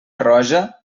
roja